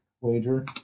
wager